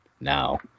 now